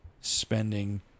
spending